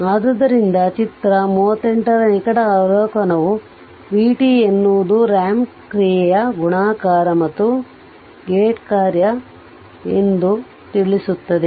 ಆದ್ದರಿಂದ ಚಿತ್ರ 38 ರ ನಿಕಟ ಅವಲೋಕನವು v t ಎನ್ನುವುದು ರಾಂಪ್ ಕ್ರಿಯೆಯ ಗುಣಾಕಾರ ಮತ್ತು ಗೇಟ್ ಕಾರ್ಯ ಎಂದು ತಿಳಿಸುತ್ತದೆ